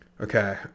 Okay